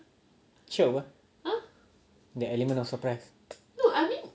shiok apa ah the element of surprise